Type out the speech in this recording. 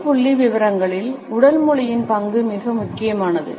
பொது புள்ளிவிவரங்களில் உடல் மொழியின் பங்கு மிக முக்கியமானது